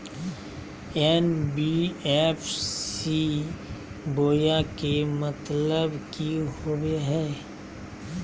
NBFC बोया के मतलब कि होवे हय?